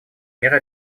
меры